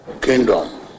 Kingdom